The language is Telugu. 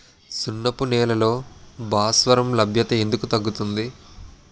సున్నపు నేలల్లో భాస్వరం లభ్యత ఎందుకు తగ్గుతుంది?